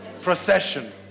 procession